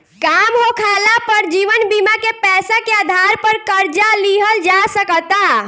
काम होखाला पर जीवन बीमा के पैसा के आधार पर कर्जा लिहल जा सकता